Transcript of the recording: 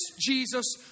Jesus